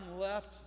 left